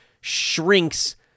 shrinks